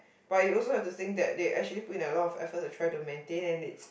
but you also have to think that they actually put in a lot of effort to try to maintain and it's